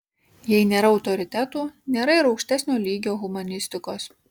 jei nėra autoritetų nėra ir aukštesnio lygio humanistikos